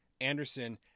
Anderson